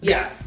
Yes